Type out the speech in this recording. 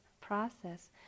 process